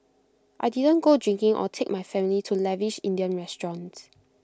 I didn't go drinking or take my family to lavish Indian restaurants